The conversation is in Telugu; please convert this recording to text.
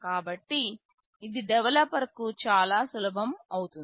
కాబట్టి ఇది డెవలపర్కు చాలా సులభం అవుతుంది